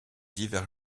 divers